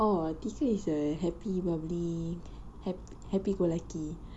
oh tigger is a happy bubbly hap~ happy go lucky